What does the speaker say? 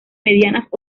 medianas